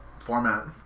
format